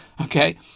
Okay